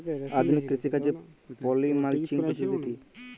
আধুনিক কৃষিকাজে poly mulching পদ্ধতি কি?